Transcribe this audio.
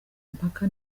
impaka